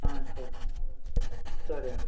సరే సరే అండి